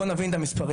בוא נסביר את המספרים,